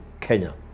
Kenya